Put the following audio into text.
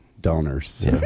donors